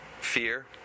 fear